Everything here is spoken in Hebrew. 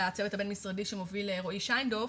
הצוות הבין-משרדי שמוביל רועי שיינדורף,